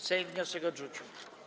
Sejm wniosek odrzucił.